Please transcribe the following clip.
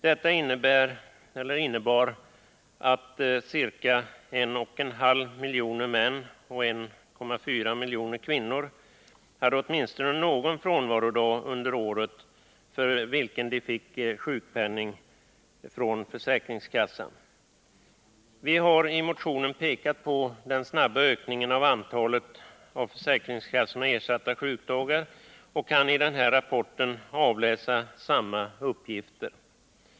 Detta innebär att ca 1,5 miljoner män och 1,4 miljoner kvinnor under året hade åtminstone någon frånvarodag för vilken de fick sjukpenning från försäkringskassan. Vi har i motionen pekat på den snabba ökningen av antalet av försäkringskassorna ersatta sjukdagar och kan i den här rapporten avläsa samma uppgifter.